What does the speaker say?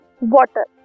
water